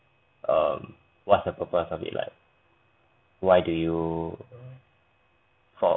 um what's the purpose of it like why do you fall